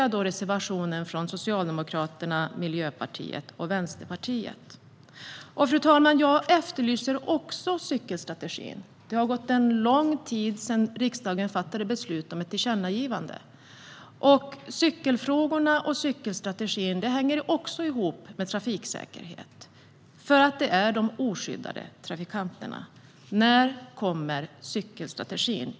Jag noterar reservationen från Socialdemokraterna, Miljöpartiet och Vänsterpartiet. Fru talman! Jag efterlyser också cykelstrategin. Det har gått lång tid sedan riksdagen fattade beslut om ett tillkännagivande. Cykelfrågorna och cykelstrategin hänger också ihop med trafiksäkerhet eftersom det är fråga om oskyddade trafikanter. När kommer cykelstrategin?